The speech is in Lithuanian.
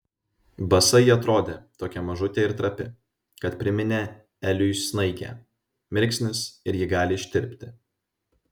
basa ji atrodė tokia mažutė ir trapi kad priminė eliui snaigę mirksnis ir ji gali ištirpti